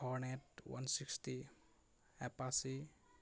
horn at one sixty Apache